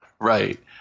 Right